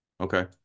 Okay